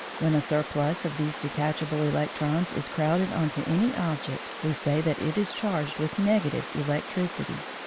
when a surplus of these detachable electrons is crowded on to any object, we say that it is charged with negative electricity.